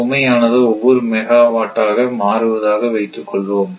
சுமையானது ஒவ்வொரு மெகாவாட்டாக மாறுவதாக வைத்துக் கொள்வோம்